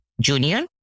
junior